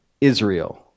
Israel